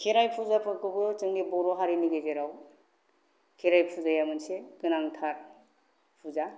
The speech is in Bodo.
खेराइ फुजाफोरखौबो जोंनि बर' हारिनि गेजेराव खेराइ फुजाया मोनसे गोनांथार फुजा